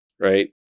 right